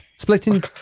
splitting